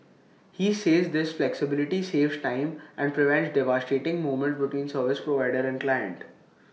he says this flexibility saves time and prevents devastating moments between service provider and client